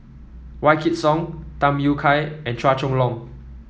Wykidd Song Tham Yui Kai and Chua Chong Long